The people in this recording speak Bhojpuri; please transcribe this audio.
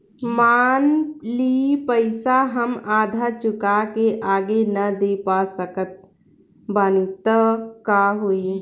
मान ली पईसा हम आधा चुका के आगे न दे पा सकत बानी त का होई?